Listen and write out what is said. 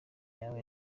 yawe